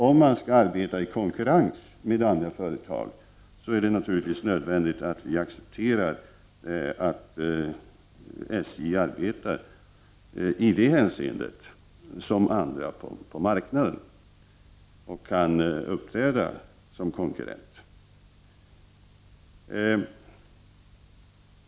Om man skall arbeta i konkurrens med andra företag, är det naturligtvis nödvändigt att vi accepterar att SJ agerar på samma sätt i det hänseendet som andra på marknaden och kan uppträda som konkurrent till dem.